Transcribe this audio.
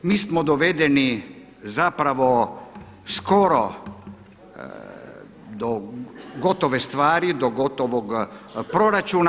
Mi smo dovedeni zapravo skoro do gotove stvari, do gotovog proračuna.